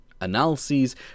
analyses